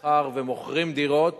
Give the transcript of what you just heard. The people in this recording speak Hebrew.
מאחר שמוכרים דירות